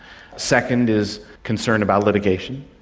second is concern about litigation,